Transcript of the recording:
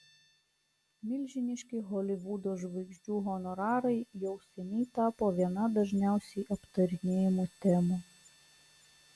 milžiniški holivudo žvaigždžių honorarai jau seniai tapo viena dažniausiai aptarinėjamų temų